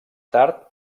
tard